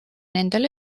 nendel